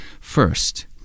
first